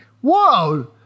Whoa